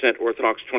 Orthodox